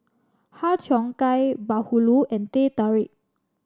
Har Cheong Gai bahulu and Teh Tarik